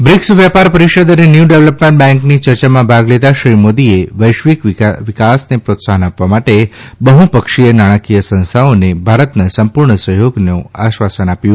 BRICS વ્યાપાર પરિષદ અને ન્યુ ડેવલપમેન્ટ બેન્કની ચર્ચામાં ભાગ લેતા શ્રી મોદીએ વૈશ્વિક વિકાસને પ્રોત્સાહન આપવા માટે બહ્પક્ષીય નાણાકીય સંસ્થાઓને ભારતના સંપૂર્ણ સહયોગનો આશ્વાસન આપ્યો